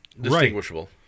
distinguishable